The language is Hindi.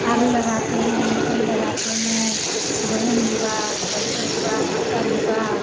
आलू लगाते हैं मकई लगाते हैं गेहूँ हुआ सरसों हुआ मटर हुआ